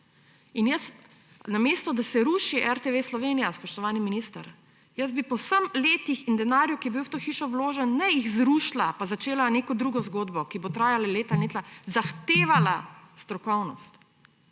Namesto da se ruši RTV Slovenija, spoštovani minister, jih jaz po vseh letih in denarju, ki je bil v to hišo vložen, ne bi zrušila in začela neko drugo zgodbo, ki bo trajala leta in leta, zahtevala bi strokovnost.